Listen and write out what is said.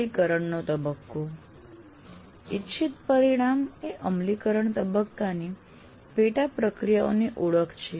અમલીકરણનો તબક્કો ઇચ્છીત પરિણામ એ અમલીકરણ તબક્કાની પેટા પ્રક્રિયાઓની ઓળખ છે